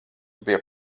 bija